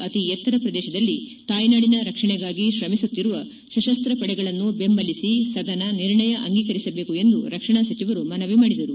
ಅತಿ ಎತ್ತರ ಪ್ರದೇಶದಲ್ಲಿ ತಾಯ್ಯಾಡಿನ ರಕ್ಷಣೆಗಾಗಿ ಶ್ರಮಿಸುತ್ತಿರುವ ಸಶಸ್ನಪಡೆಗಳನ್ನು ಬೆಂಬಲಿಸಿ ಸದನ ನಿರ್ಣಯ ಅಂಗೀಕರಿಸಬೇಕು ಎಂದು ರಕ್ಷಣಾ ಸಚವರು ಮನವಿ ಮಾಡಿದರು